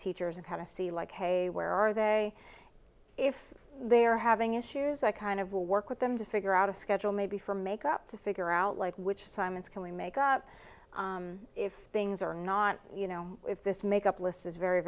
teachers and how to see like hey where are they if they're having issues that kind of will work with them to figure out a schedule maybe for makeup to figure out like which simonds can we make up if things are not you know if this make up list is very